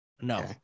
No